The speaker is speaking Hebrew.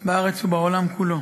בארץ ובעולם כולו,